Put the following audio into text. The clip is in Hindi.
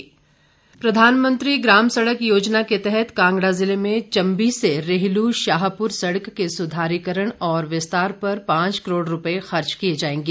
सरवीण चौधरी प्रधानमंत्री ग्राम सड़क योजना के तहत कांगड़ा जिले में चम्बी से रेहलू शाहपुर सड़क के सुधारीकरण और विस्तार पर पांच करोड़ रुपए खर्च किए जाएंगे